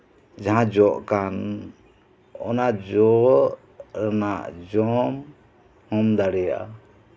ᱡᱟᱦᱟᱸ ᱡᱚᱜ ᱠᱟᱱ ᱚᱱᱟᱜ ᱡᱚ ᱡᱚᱢ ᱫᱟᱲᱮᱭᱟᱜᱼᱟ